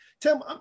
Tim